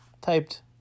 typed